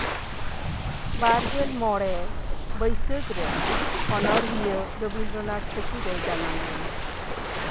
ᱵᱟᱨ ᱜᱮᱞ ᱢᱚᱬᱮ ᱵᱟᱹᱭᱥᱟᱹᱠᱷ ᱨᱮ ᱚᱱᱚᱬᱦᱤᱭᱟᱹ ᱨᱚᱵᱤᱱᱫᱚᱨᱚᱱᱟᱛᱷ ᱴᱷᱟᱹᱠᱩᱨ ᱮ ᱡᱟᱱᱟᱢ ᱞᱮᱱᱟ